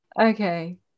Okay